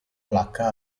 placca